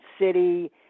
city